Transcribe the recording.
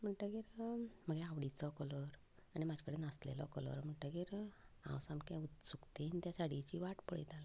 म्हणटकीर म्हजे आवडीचो कलर आनी म्हजे कडेन नासलेलो कलर म्हणटकीच हांव सारकें उत्सुकतेन त्या साडयेची वाट पळयतालें